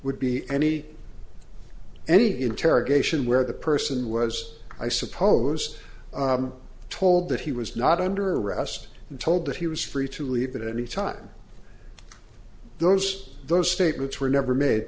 would be any any interrogation where the person was i suppose told that he was not under arrest and told that he was free to leave at any time those those statements were never made